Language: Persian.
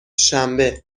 شنبه